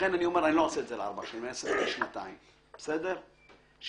ואחרי שנתיים תבואו שניסיתם הכול וזה לא הולך אין מה לעשות.